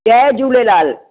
Jay Jhulelal